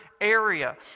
area